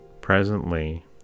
Presently